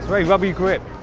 great rub you quit